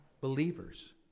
believers